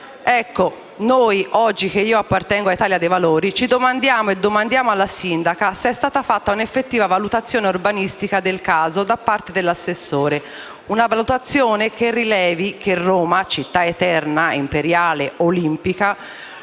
oggi, noi del Gruppo Italia dei valori, ci domandiamo e domandiamo alla sindaca se sia stata fatta un'effettiva valutazione urbanistica del caso da parte dell'assessore, una valutazione che rilevi se Roma città eterna, imperiale, olimpica,